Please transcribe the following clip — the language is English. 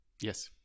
Yes